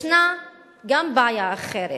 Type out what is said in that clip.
יש גם בעיה אחרת: